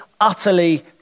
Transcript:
Utterly